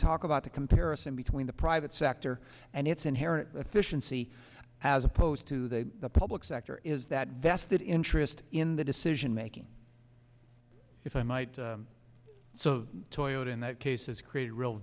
talk about the comparison between the private sector and its inherent efficiency as opposed to the public sector is that vested interest in the decision making if i might so toiled in that case is create real